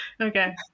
Okay